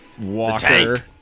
Walker